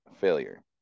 failure